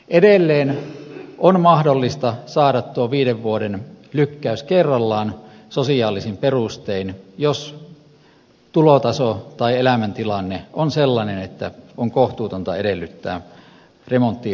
edelleen on mahdollista saada tuo viiden vuoden lykkäys kerrallaan sosiaalisin perustein jos tulotaso tai elämäntilanne on sellainen että on kohtuutonta edellyttää remonttiin ryhtymistä